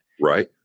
Right